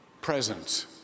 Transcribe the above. presence